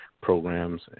programs